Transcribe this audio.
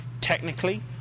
Technically